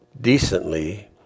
decently